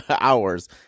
hours